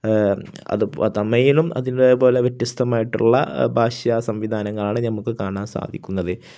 അത് തമിഴിലും അതിന്റെപോലെ വ്യത്യസ്തമായിട്ടുള്ള ഭാഷ സംവിധാനങ്ങളാണ് നമുക്കു കാണാൻ സാധിക്കുന്നത്